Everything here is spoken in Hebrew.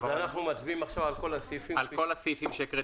אנחנו מצביעים עכשיו על כל הסעיפים שמניתי